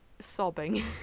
sobbing